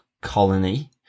colony